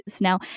Now